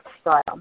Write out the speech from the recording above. style